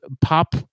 pop